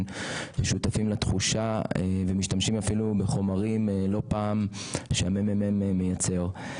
שותפים לתחושה ומשתמשים אפילו לא פעם בחומרים שהמ.מ.מ מייתר.